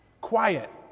quiet